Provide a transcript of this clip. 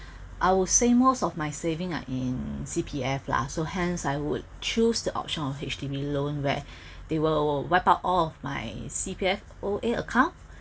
I would say most of my savings are in C_P_F lah so hence I would choose the option of H_D_B loan where they will wipe out of my C_P_F O_A account